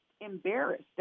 embarrassed